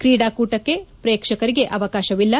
ಕ್ರೀಡಾಕೂಟಕ್ಷೆ ಪ್ರೇಕ್ಷಕರಿಗೆ ಅವಕಾಶವಿಲ್ಲ